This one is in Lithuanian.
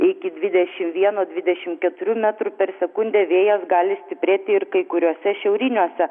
iki dvidešimt vieno dvidešimt keturių metrų per sekundę vėjas gali stiprėti ir kai kuriuose šiauriniuose